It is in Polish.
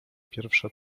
pierwsza